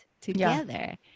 together